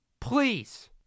Please